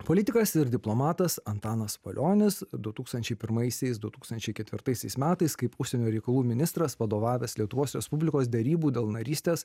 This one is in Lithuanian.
politikas ir diplomatas antanas valionis du tūkstančiai pirmaisiais du tūkstančiai ketvirtaisiais metais kaip užsienio reikalų ministras vadovavęs lietuvos respublikos derybų dėl narystės